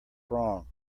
wrong